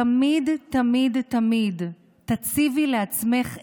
תמיד תמיד תמיד תציבי לעצמך אתגר.